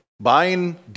buying